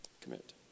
commit